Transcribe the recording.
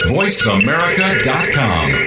voiceamerica.com